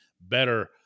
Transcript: Better